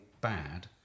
bad